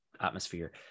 atmosphere